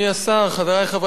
חברי חברי הכנסת,